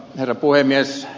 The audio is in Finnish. herra puhemies